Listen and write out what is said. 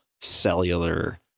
cellular